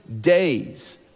days